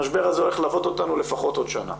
המשבר הזה הולך ללוות אותנו לפחות עוד שנה.